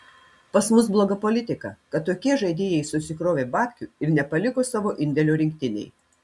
pas mus bloga politika kad tokie žaidėjai susikrovė babkių ir nepaliko savo indėlio rinktinei